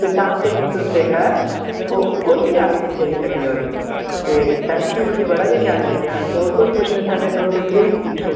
ते तां करियै तु'स जेह्का ऐ ओह् कुछ बी हासल करी सकने होन्ने ते थैंक्यू मिक्की बड़ा गै शैल लग्गेआ होर कुछ पुच्छना चाह्न्ने तु'स ते प्लीज़ पुच्छो